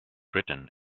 written